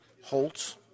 Holtz